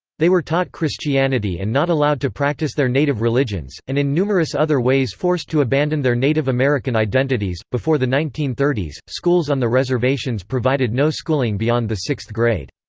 they were taught christianity and not allowed to practice their native religions, and in numerous other ways forced to abandon their native american identities before the nineteen thirty s, schools on the reservations provided no schooling beyond the sixth grade.